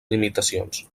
limitacions